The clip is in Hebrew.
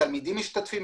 התלמידים משתתפים,